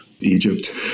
Egypt